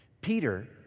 Peter